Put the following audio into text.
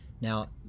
Now